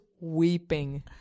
weeping